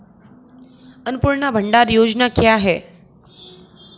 अन्नपूर्णा भंडार योजना क्या है?